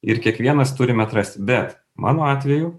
ir kiekvienas turime atrasti bet mano atveju